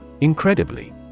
Incredibly